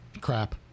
crap